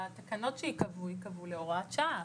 התקנות שייקבעו ייקבעו להוראת שעה.